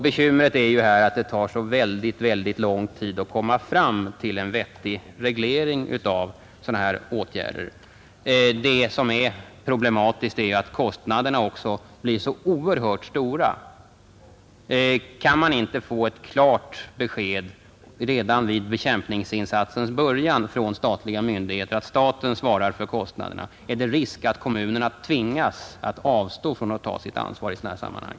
Bekymret är att det tar så lång tid att komma fram till en vettig reglering av sådana här åtgärder. Det är också problematiskt att kostnaderna blir så oerhört stora. Kan man inte få ett klart besked redan vid bekämpningsinsatsens början från statliga myndigheter att staten svarar för kostnaderna, är det risk att kommunerna tvingas att avstå från att ta sitt ansvar i sådana här sammanhang.